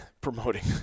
Promoting